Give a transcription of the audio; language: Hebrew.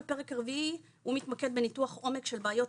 הפרק הרביעי מתמקד בניתוח עומק של בעיות